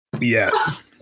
Yes